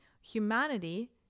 humanity